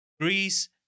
Greece